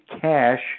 cash